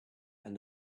and